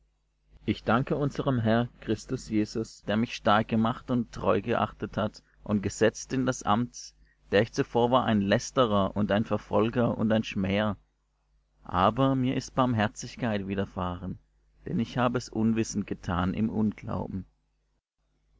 ich danke unserm herr christus jesus der mich stark gemacht und treu geachtet hat und gesetzt in das amt der ich zuvor war ein lästerer und ein verfolger und ein schmäher aber mir ist barmherzigkeit widerfahren denn ich habe es unwissend getan im unglauben